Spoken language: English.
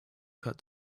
cut